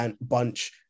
bunch